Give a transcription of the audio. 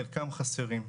חלקם חסרים.